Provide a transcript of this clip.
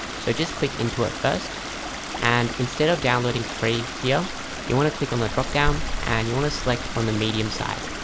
so just click into it first and instead of downloading free here you want to click on the drop down and you want to select on the medium size?